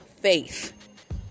faith